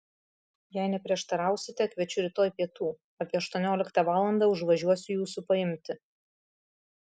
jei neprieštarausite kviečiu rytoj pietų apie aštuonioliktą valandą užvažiuosiu jūsų paimti